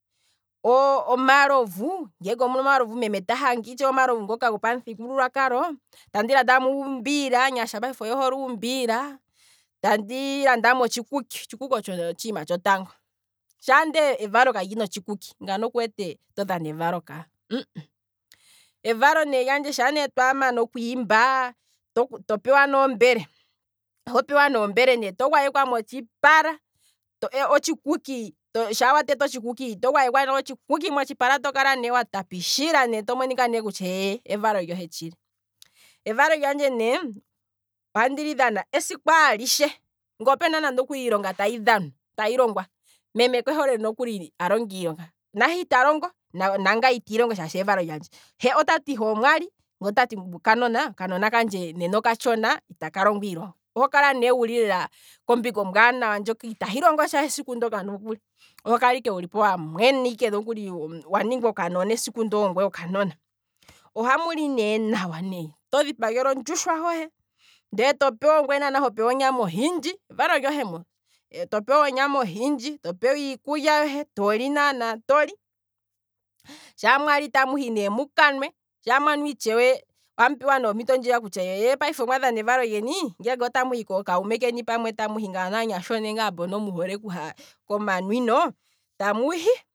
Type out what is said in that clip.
Oo, ngele opuna omalovu ngenge omuna omalovu meme ta hanga omalovu gopamuthigululwakalo tandi landamo uumbila shaashi aanyasha payife oye hole uumbila, tandi landamo otshikuki, otshikuki otsho otshiima tshotango shaa nde evalo kalina otshikuki ngano kuwete todhana evalo ka, evalo lyandje ne sha twamana okwiimba, to pewane ombele, to gwayekwa motshipala otshikuki, shaa wa tete otshikuki to gwayekwa ne otshikuki motshipala tokala ne wa tapishila ne to monika ne kutya eeye, evalo lyohe tshili, evalolyandje ne ohandi li dhana esiku alishe, ngoo pena nande okuli iilonga tayi dhanwa tayi longwa, meme ke hole nokuli alonge iilonga. nahe ita longo nangaye ite longo shaashi evalo lyandje, ohe otati omwali, okanona kandje nena okatshona itaka longo iilonga, oho kala ne wuli lela kombinga ombwaanawa ndjoka itahi longo tsha esiku ndoka nokuli, oho kala ike wuli po wa mwena ike wa ninga okanona esiku ndoo ongweye wa ninga okanona, ohamuli nee nawa ne, to dhipagelwa ondjushwa hohe, ndee to pewa ongwee nana ho pewa onyama ohindji, evalo lyohe mos, topewa onyama ohindji, topewa iikulya oyindji toli naana toli, shaa mwali tamu hi ne mukanwe, sha mwali ne ohamu pewa ompito ndjiya kutya payife omwadhana evalo lyeni, ngeenge otamu hi kookuume keni pamwe tamu hi ngaano, aanyasha one ngaa mbono muhole okuha komanwino tamu hi